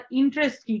interest